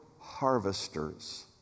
harvesters